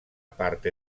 parte